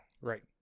right